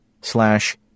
slash